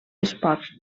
esports